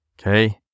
okay